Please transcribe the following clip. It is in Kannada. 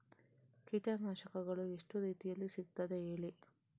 ಕೀಟನಾಶಕಗಳು ಎಷ್ಟು ರೀತಿಯಲ್ಲಿ ಸಿಗ್ತದ ಹೇಳಿ